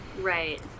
Right